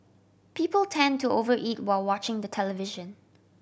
people tend to over eat while watching the television